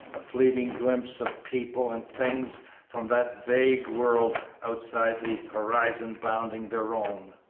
a fleeting glimpse of people and things from that vague world outside the horizon bounding their own.